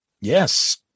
Yes